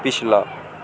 पिछला